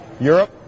Europe